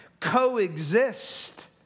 Coexist